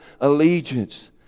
allegiance